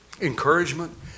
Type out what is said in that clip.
encouragement